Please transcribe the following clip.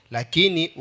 Lakini